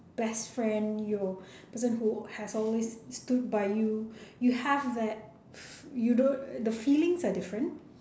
best friend your person who have always stood by you you have that you don't the feelings are different